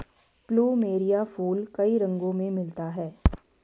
plumeria फूल कई रंगो में मिलता है